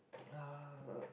uh